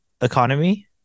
economy